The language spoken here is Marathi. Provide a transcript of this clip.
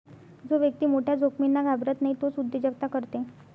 जो व्यक्ती मोठ्या जोखमींना घाबरत नाही तोच उद्योजकता करते